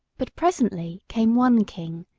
but presently came one king,